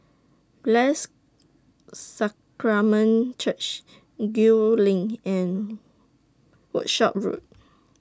Blessed Sacrament Church Gul LINK and Workshop Road